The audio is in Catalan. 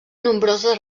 nombroses